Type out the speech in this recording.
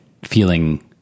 feeling